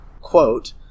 quote